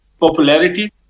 popularity